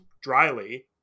dryly